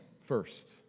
first